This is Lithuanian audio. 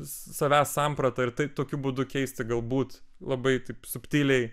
savęs sampratą ir taip tokiu būdu keisti galbūt labai subtiliai